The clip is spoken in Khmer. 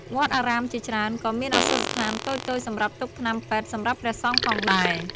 វត្តអារាមជាច្រើន ក៏មានឱសថស្ថានតូចៗសម្រាប់ទុកថ្នាំពេទ្យសម្រាប់ព្រះសង្ឃផងដែរ។